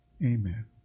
Amen